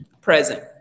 Present